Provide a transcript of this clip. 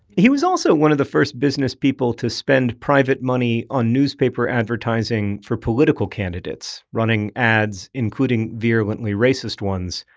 he was also one of the first business people to spend private money on newspaper advertising for political candidates running ads, including virulently racist ones,